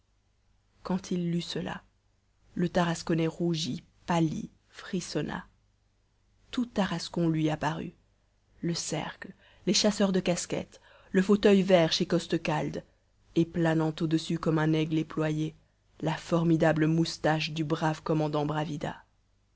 quand il lut cela le tarasconnais rougit pâlit frissonna tout tarascon lui apparut le cercle les chasseurs de casquettes le fauteuil vert chez costecalde et planant au-dessus comme un aigle éployé la formidable moustache du brave commandant bravida